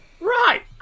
Right